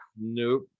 Nope